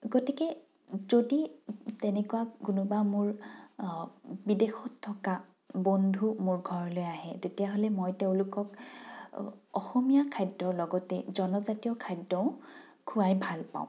গতিকে যদি তেনেকুৱা কোনোবা মোৰ বিদেশত থকা বন্ধু মোৰ ঘৰলৈ আহে তেতিয়াহ'লে মই তেওঁলোকক অসমীয়া খাদ্যৰ লগতে জনজাতীয় খাদ্যও খোৱাই ভাল পাওঁ